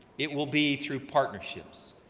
it will be through partnerships,